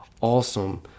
awesome